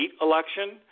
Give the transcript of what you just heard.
election